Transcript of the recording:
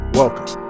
welcome